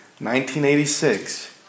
1986